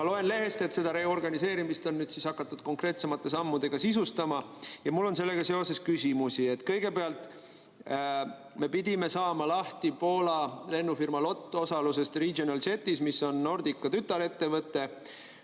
Ma loen lehest, et seda reorganiseerimist on hakatud konkreetsemate sammudega sisustama, ja mul on sellega seoses küsimusi. Kõigepealt me pidime saama lahti Poola lennufirma LOT osalusest Regional Jetis, mis on Nordica tütarettevõte.